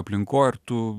aplinkoj ar tu